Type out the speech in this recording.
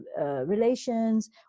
Relations